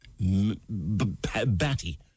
batty